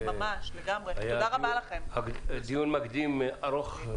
היה דיון מקדים ארוך.